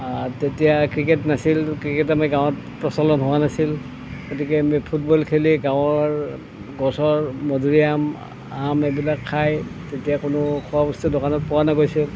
তেতিয়া ক্ৰিকেট নাছিল ক্ৰিকেট আমি গাঁৱত প্ৰচলন হোৱা নাছিল গতিকে আমি ফুটবল খেলিয়েই গাঁৱৰ গছৰ মধুৰি আম আম এইবিলাক খাই তেতিয়া কোনো খোৱা বস্তু দোকানত পোৱা নগৈছিল